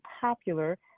popular